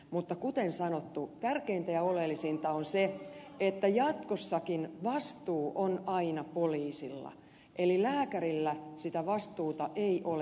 mutta kuten sanottu tärkeintä ja oleellisinta on se että jatkossakin vastuu on aina poliisilla eli lääkärillä sitä vastuuta ei ole